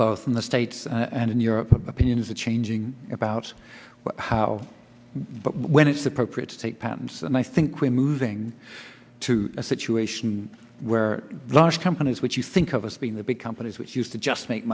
both in the states and in europe opinions are changing about how when it's appropriate to take patents and i think we're moving to a situation where large companies which you think of as being the big companies which used to just make